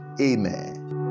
Amen